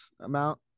amount